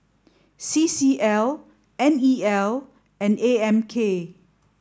C C L N E L and A M K